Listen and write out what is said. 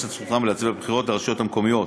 את זכותם להצביע בבחירות לרשויות המקומיות